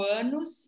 anos